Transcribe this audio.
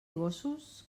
gossos